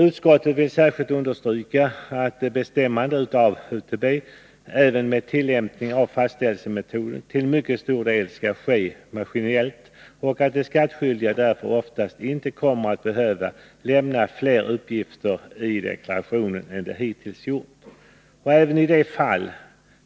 Utskottet vill särskilt understryka att bestämmandet av UTB — även vid tillämpning av fastställelsemetoden — till mycket stor del skall ske maskinellt och att de skattskyldiga därför oftast inte kommer att behöva lämna fler uppgifter i deklarationen än de gjort hittills. Även i de fall